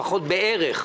לפחות בערך,